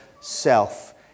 self